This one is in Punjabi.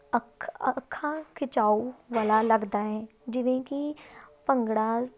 ਅੱਖ ਅੱਖਾਂ ਖਿਚਾਓ ਵਾਲਾ ਲੱਗਦਾ ਹੈ ਜਿਵੇਂ ਕਿ ਭੰਗੜਾ